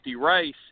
race